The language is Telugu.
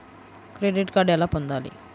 క్రెడిట్ కార్డు ఎలా పొందాలి?